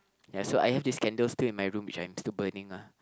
and so I have this candle still in my room which I'm still burning lah